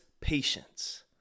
patience